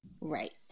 Right